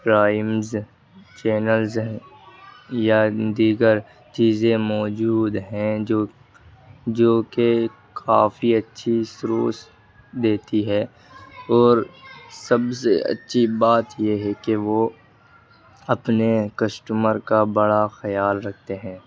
primes channels ہیں یا دیگر چیزیں موجود ہیں جو جو کہ کافی اچّھی سروس دیتی ہے اور سب سے اچّھی بات یہ ہے کہ وہ اپنے کسٹمر کا بڑا خیال رکھتے ہیں